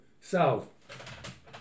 south